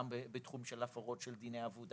גם בתחום של הפרות של דיני עבודה,